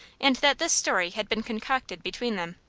and that this story had been concocted between them.